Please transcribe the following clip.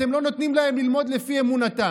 אתם לא נותנים לפי אמונתם,